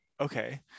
Okay